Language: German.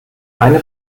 eine